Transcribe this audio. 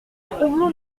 trublot